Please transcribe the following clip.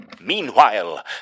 meanwhile